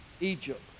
Egypt